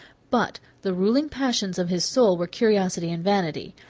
but the ruling passions of his soul were curiosity and vanity.